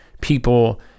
people